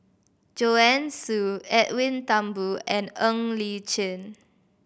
Joanne Soo Edwin Thumboo and Ng Li Chin